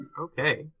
Okay